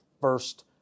first